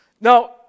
Now